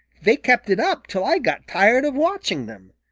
they kept it up till i got tired of watching them.